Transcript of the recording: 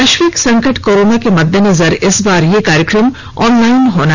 वैश्विक संकट कोरोना के मद्देनजर इस बार यह कार्यक्रम ऑनलाइन होगा